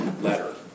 letter